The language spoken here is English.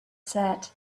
said